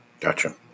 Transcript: Gotcha